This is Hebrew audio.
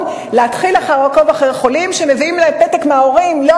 של להתחיל לעקוב אחרי חולים שמביאים להם פתק מההורים: לא